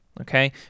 Okay